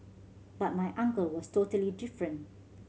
but my uncle was totally different